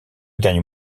dernier